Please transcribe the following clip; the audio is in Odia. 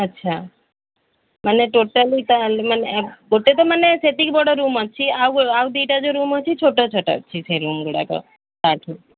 ଆଚ୍ଛା ମାନେ ଟୋଟାଲି ତାହେଲେ ମାନେ ଗୋଟେ ତ ମାନେ ସେତିକି ବଡ଼ ରୁମ୍ ଅଛି ଆଉ ଆଉ ଦୁଇଟା ଯୋଉ ରୁମ୍ ଅଛି ଛୋଟ ଛୋଟ ଅଛି ସେ ରୁମ୍ଗୁଡ଼ାକ ତାଠୁ